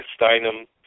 Steinem